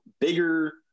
bigger